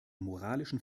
moralischen